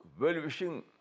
well-wishing